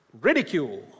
ridicule